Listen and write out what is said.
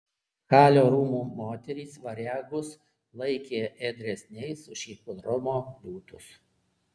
halio rūmų moterys variagus laikė ėdresniais už hipodromo liūtus